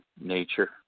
nature